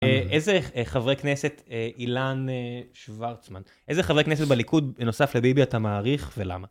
איזה חברי כנסת, אילן שוורצמן, איזה חברי כנסת בליכוד נוסף לביבי אתה מעריך ולמה?